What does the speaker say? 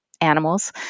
animals